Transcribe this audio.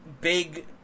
big